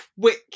quick